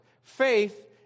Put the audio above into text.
Faith